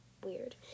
weird